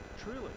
truly